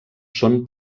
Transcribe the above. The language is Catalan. són